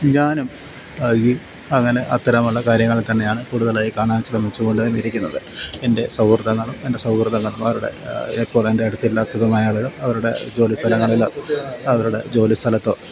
ഞാനും ഈ അങ്ങനെ അത്തരമുള്ള കാര്യങ്ങൾ തന്നെയാണ് കൂടുതലായി കാണാൻ ശ്രമിച്ചുകൊണ്ടുതന്നെയിരിക്കുന്നത് എൻ്റെ സൗഹൃദങ്ങൾ എൻ്റെ സൗഹൃദങ്ങളുടെ ഇപ്പോൾ എൻ്റെ അടുത്തില്ലാത്തതുമായ ആളുകൾ അവരുടെ ജോലി സ്ഥലങ്ങളിൽ അവരുടെ ജോലി സ്ഥലത്തൊ